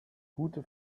gute